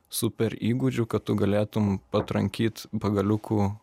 super įgūdžių kad tu galėtum patrankyt pagaliukų